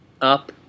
up